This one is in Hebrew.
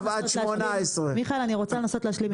עכשיו אנחנו עד 2018. אני רוצה לנסות להשלים משפט.